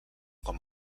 com